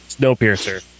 Snowpiercer